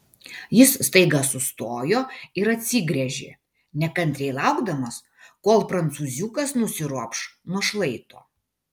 jis staiga sustojo ir atsigręžė nekantriai laukdamas kol prancūziukas nusiropš nuo šlaito